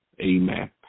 amen